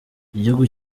igihugu